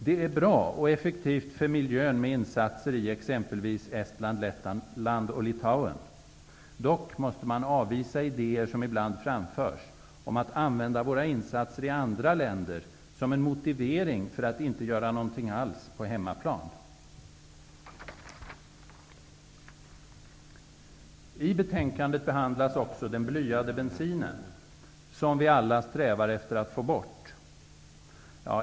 Det är bra och effektivt för miljön med insatser i exempelvis Estland, Lettland och Litauen. Dock måste man avvisa idéer som ibland framförs om att använda våra insatser i andra länder som en motivering för att inte göra någonting alls på hemmaplan. I betänkandet behandlas också den blyade bensinen som vi alla strävar efter att få bort.